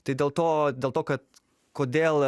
tai dėl to dėl to kad kodėl